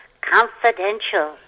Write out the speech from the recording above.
confidential